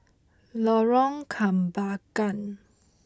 Lorong Kembagan